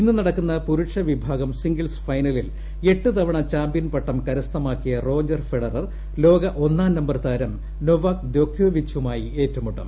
ഇന്ന് നടക്കുന്ന പുരുഷ വിഭാഗം സിംഗിൾസ് ഫൈന ലിൽ എട്ട് തവണ ചാമ്പ്യൻപട്ടം കരസ്ഥമാക്കിയ റോജർ ഫെഡറർ ലോക ഒന്നാം നമ്പർതാരം നൊവാക് ദ്യോക്യോവിച്ചുമായി ഏറ്റുമു ട്ടും